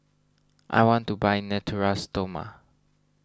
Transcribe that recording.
I want to buy Natura Stoma